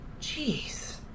jeez